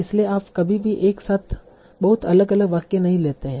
इसलिए आप कभी भी एक साथ बहुत अलग अलग वाक्य नहीं देते हैं